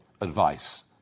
advice